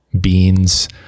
beans